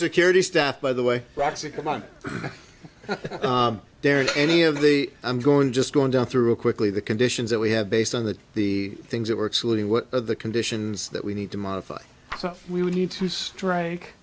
security staff by the way roxicodone there any of the i'm going just going down through quickly the conditions that we have based on that the things that were actually what the conditions that we need to modify we would need to strike